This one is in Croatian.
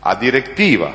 A direktiva